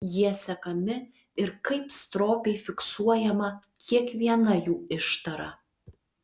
jie sekami ir kaip stropiai fiksuojama kiekviena jų ištara